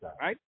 right